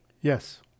Yes